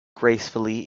gracefully